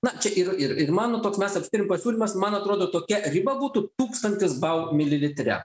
na čia ir ir ir mano toks mes turim pasiūlymas man atrodo tokia riba būtų tūkstantis bau mililitre